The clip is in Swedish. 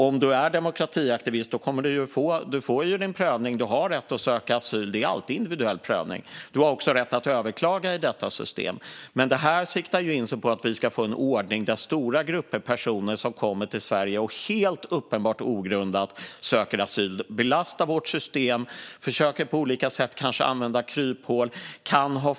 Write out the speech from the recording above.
Om du är demokratiaktivist kommer du att få din prövning. Du har rätt att söka asyl, och det görs alltid en individuell prövning. Du har också rätt att överklaga i detta system. Men det här riktar in sig på att vi ska få en ordning när det gäller att stora grupper av personer kommer till Sverige och helt uppenbart ogrundat söker asyl, belastar vårt system och på olika sätt kanske försöker använda kryphål.